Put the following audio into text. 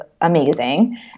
amazing